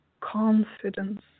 confidence